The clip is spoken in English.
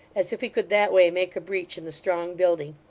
as if he could that way make a breach in the strong building,